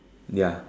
ya